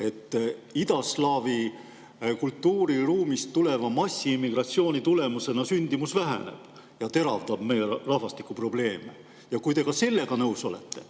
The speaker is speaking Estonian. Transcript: et idaslaavi kultuuriruumist tuleva massiimmigratsiooni tulemusena sündimus väheneb ja see teravdab meie rahvastikuprobleeme? Kui te ka sellega nõus olete,